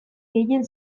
gehien